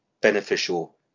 beneficial